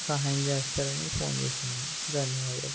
సహాయం చేస్తారని ఫోన్ చేసాను ధన్యవాదాలు